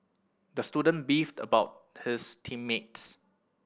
the student beefed about his team mates